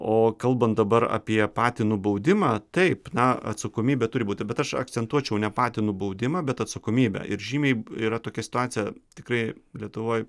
o kalbant dabar apie patį nubaudimą taip na atsakomybė turi būti bet aš akcentuočiau ne patį nubaudimą bet atsakomybę ir žymiai yra tokia situacija tikrai lietuvoj